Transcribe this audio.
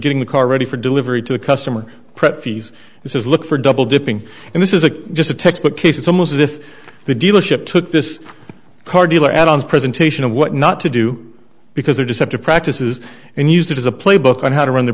getting the car ready for delivery to a customer pret fees this is look for double dipping and this is a just a textbook case it's almost as if the dealership took this car dealer add ons presentation of what not to do because they're deceptive practices and used it as a playbook on how to run the